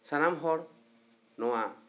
ᱥᱟᱱᱟᱢ ᱦᱚᱲ ᱱᱚᱣᱟ